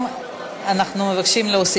אנחנו ממשיכים בדיונים.